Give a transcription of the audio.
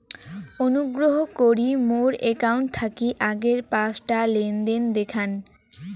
অনুগ্রহ করি মোর অ্যাকাউন্ট থাকি আগের পাঁচটা লেনদেন দেখান